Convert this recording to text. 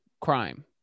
crime